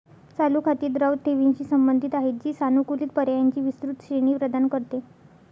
चालू खाती द्रव ठेवींशी संबंधित आहेत, जी सानुकूलित पर्यायांची विस्तृत श्रेणी प्रदान करते